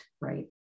right